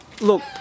look